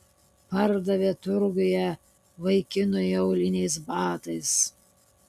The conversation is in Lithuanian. pardavė turguje vaikinui auliniais batais